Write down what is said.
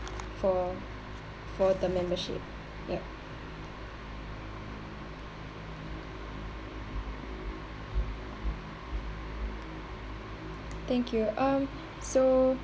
for for the membership yup thank you um so